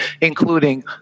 including